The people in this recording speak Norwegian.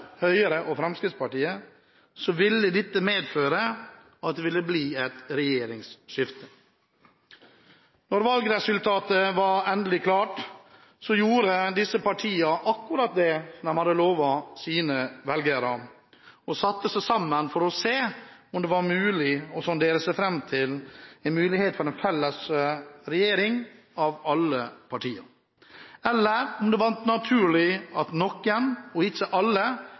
Høyre og Fremskrittspartiet, ville dette medføre at det ville bli et regjeringsskifte. Da valgresultatet var endelig klart, gjorde disse partiene akkurat det de hadde lovet sine velgere: De satte seg sammen for å se om det var mulig å sondere seg fram til en mulighet for en felles regjering av alle partiene, eller om det var naturlig at noen – ikke alle